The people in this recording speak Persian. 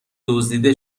دزدیده